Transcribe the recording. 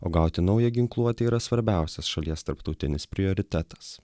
o gauti naują ginkluotę yra svarbiausias šalies tarptautinis prioritetas